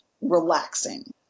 relaxing